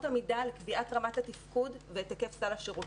המידה לתביעת רמת התפקוד ואת היקף סל השירותים.